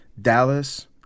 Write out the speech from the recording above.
Dallas